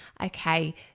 Okay